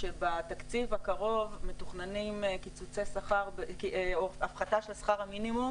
שבתקציב הקרוב מתוכננת הפחתה של שכר המינימום